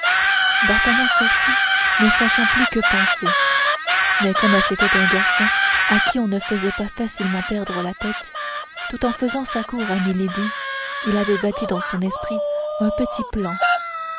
d'artagnan sortit ne sachant plus que penser mais comme c'était un garçon à qui on ne faisait pas facilement perdre la tête tout en faisant sa cour à milady il avait bâti dans son esprit un petit plan